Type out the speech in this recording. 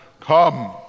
come